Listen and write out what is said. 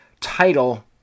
title